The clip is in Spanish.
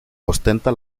ostenta